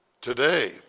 today